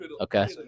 Okay